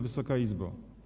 Wysoka Izbo!